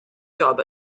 job